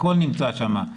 הכול נמצא שם.